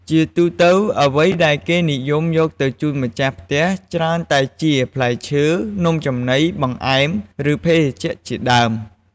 ជាទូទៅ អ្វីដែលគេនិយមយកទៅជូនម្ចាស់ផ្ទះច្រើនតែជា ផ្លែឈើ ចំណី បង្អែម ឬ ភេសជ្ជៈជាដើម។